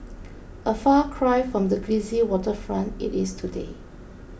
a far cry from the glitzy waterfront it is today